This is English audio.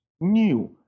New